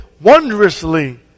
wondrously